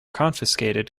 confiscated